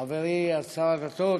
חברי שר הדתות,